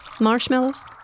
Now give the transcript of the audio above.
Marshmallows